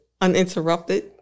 uninterrupted